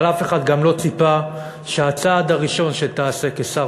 אבל אף אחד גם לא ציפה שהצעד הראשון שתעשה כשר